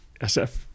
SF